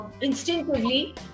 instinctively